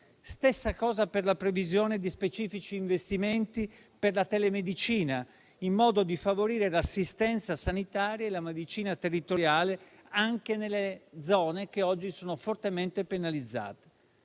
Stessa cosa per la previsione di specifici investimenti per la telemedicina, in modo da favorire l'assistenza sanitaria e la medicina territoriale anche nelle zone che oggi sono fortemente penalizzate.